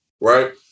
right